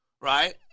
right